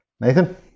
Nathan